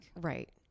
Right